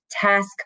task